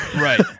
Right